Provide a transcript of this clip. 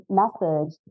message